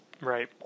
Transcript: Right